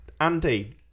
Andy